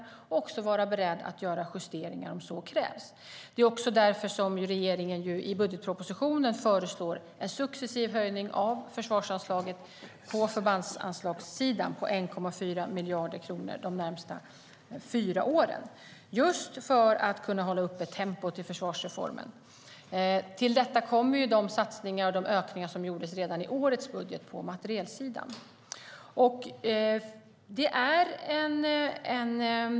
Vi måste också vara beredda att göra justeringar om så krävs. Det är också därför som regeringen i budgetpropositionen föreslår en successiv höjning av försvarsanslaget på förbandsanslagssidan på 1,4 miljarder kronor de närmaste fyra åren. Det gör vi för att kunna hålla uppe tempot i förvarsreformen. Till detta kommer de satsningar och ökningar som gjordes redan i årets budget på materielsidan.